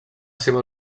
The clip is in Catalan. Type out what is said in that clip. seva